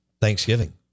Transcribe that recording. Thanksgiving